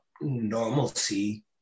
normalcy